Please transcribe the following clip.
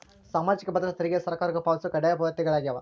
ಸಾಮಾಜಿಕ ಭದ್ರತಾ ತೆರಿಗೆ ಸರ್ಕಾರಕ್ಕ ಪಾವತಿಸೊ ಕಡ್ಡಾಯ ಪಾವತಿಗಳಾಗ್ಯಾವ